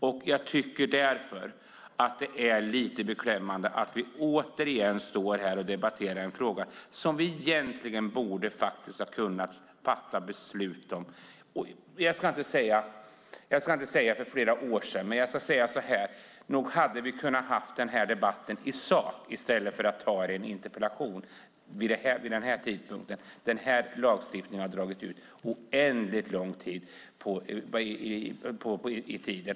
Därför tycker jag att det är beklämmande att vi åter står här och debatterar en fråga som vi borde ha kunnat fatta beslut om - kanske inte för flera år sedan, men nog hade vi kunnat ha en sakdebatt vid den här tidpunkten i stället för att ha en interpellationsdebatt? Den här lagstiftningen har dragit ut oändligt långt på tiden.